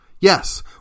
Yes